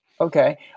Okay